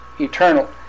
eternal